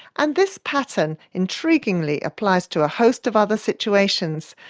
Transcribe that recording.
and this pattern intriguingly applies to a host of other situations.